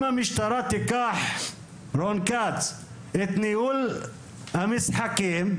אם המשטרה תיקח את ניהול המשחקים,